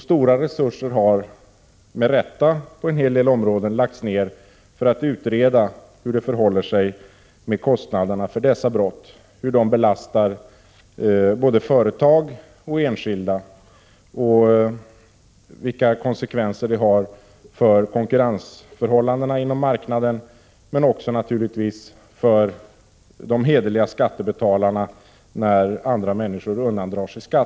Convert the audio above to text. Stora resurser har, med rätta, lagts ned på en hel del områden för att utreda hur det förhåller sig med kostnaderna för dessa brott. Man har bl.a. utrett hur de belastar företag och enskilda, vilka konsekvenser det har för konkurrensförhållandena inom marknaden och naturligtvis också vilka konsekvenser det har för de hederliga skattebetalarna när andra människor undandrar sig skatt.